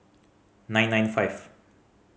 nine nine five